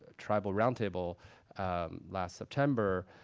tribal roundtable last september,